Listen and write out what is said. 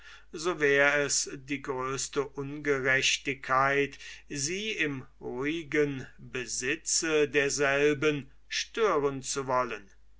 so wär es die größte ungerechtigkeit sie im ruhigen besitze derselben stören zu wollen